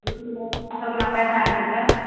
ओतना पैसा नहि छै तऽ